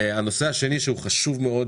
הנושא השני שהוא חשוב מאד,